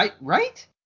Right